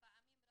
תודה.